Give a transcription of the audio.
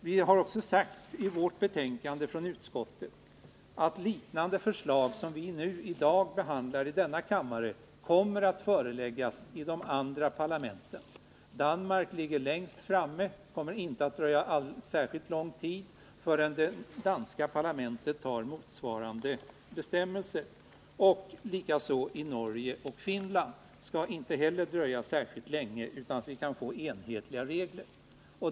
Vi har också anfört i betänkandet att liknande förslag som det vi i dag behandlar i denna kammare kommer att föreläggas de andra parlamenten. Danmark ligger här längst framme, och det kommer inte att dröja särskilt lång tid förrän det danska parlamentet behandlar motsvarande bestämmelser. Detsamma gäller för Norge och Finland. Det kommer alltså inte att dröja länge innan vi får enhetliga regler.